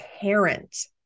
parent